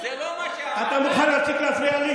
אמרתי לו: אם אתה בוחר להגן עליהם,